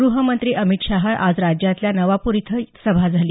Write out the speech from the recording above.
गृहमंत्री अमित शाह आज राज्यातल्या नवापूर इथं सभा झाली